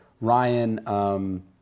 Ryan